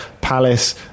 Palace